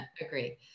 agree